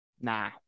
Nah